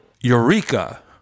Eureka